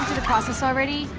the process already,